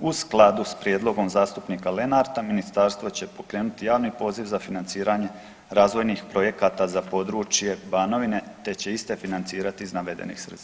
u skladu s prijedlogom zastupnika Lenarta ministarstvo će pokrenuti javni poziv za financiranje razvojnih projekata za područje Banovine te će iste financirati iz navedenih sredstava.